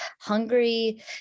hungry